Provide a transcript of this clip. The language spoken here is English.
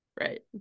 Right